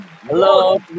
Hello